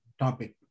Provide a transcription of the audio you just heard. topic